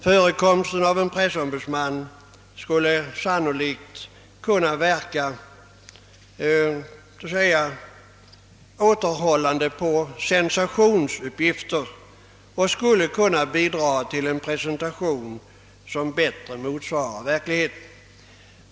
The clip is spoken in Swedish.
Förekomsten av en pressombudsman skulle sannolikt kunna verka återhållande på publicerandet av :sensationsuppgifter och : kunna bidra till en presentation som bättre motsvarar verkligheten.